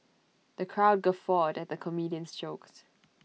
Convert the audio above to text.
the crowd guffawed at the comedian's jokes